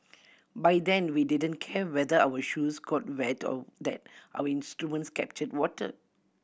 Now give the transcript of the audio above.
by then we didn't care whether our shoes got wet or that our instruments captured water